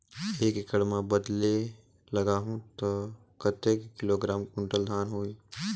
एक एकड़ मां बदले लगाहु ता कतेक किलोग्राम कुंटल धान होही?